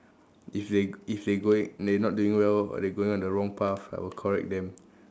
if they if they going they not doing well or they going on the wrong path I will correct them